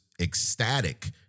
ecstatic